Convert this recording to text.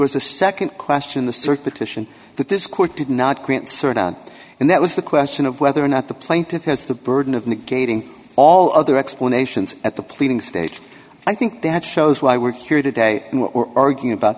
was a nd question the circuit titian that this court did not grant cert on and that was the question of whether or not the plaintiff has the burden of negating all other explanations at the pleading stage i think that shows why we're here today and what we're arguing about